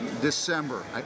December